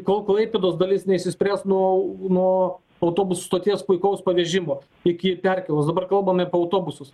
kol klaipėdos dalis neišsispręs nuo nuo autobusų stoties puikaus pavežimo iki perkėlos dabar kalbame apie autobusus